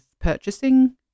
purchasing